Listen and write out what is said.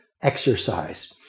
exercise